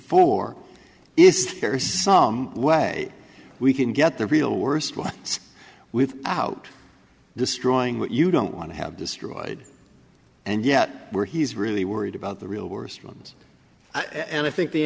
is some way we can get the real worst ones without destroying what you don't want to have destroyed and yet where he's really worried about the real worst ones and i think the